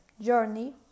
Journey